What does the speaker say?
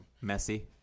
Messy